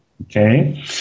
Okay